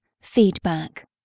feedback